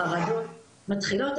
החרדות מתחילות,